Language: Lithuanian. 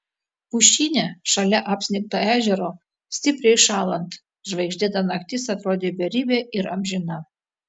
pušyne šalia apsnigto ežero stipriai šąlant žvaigždėta naktis atrodė beribė ir amžina